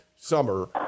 summer